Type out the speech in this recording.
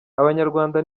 abanyarwanda